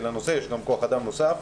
יש גם כוח אדם נוסף.